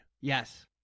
Yes